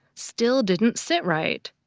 still didn't sit right.